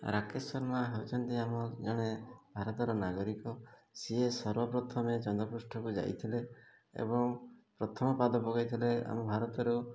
ରାକେଶ ଶର୍ମା ହେଉଛନ୍ତି ଆମ ଜଣେ ଭାରତର ନାଗରିକ ସିଏ ସର୍ବପ୍ରଥମେ ଚନ୍ଦ୍ରପୃଷ୍ଠକୁ ଯାଇଥିଲେ ଏବଂ ପ୍ରଥମ ପାଦ ପକେଇଥିଲେ ଆମ ଭାରତରୁ